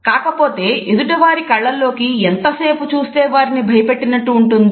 కాకపోతే ఎదుటివారి కళ్ళల్లోకి ఎంతసేపు చూస్తే వారిని భయపెట్టినటు ఉంటుంది